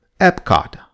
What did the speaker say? Epcot